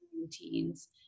routines